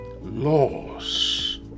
laws